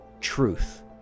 truth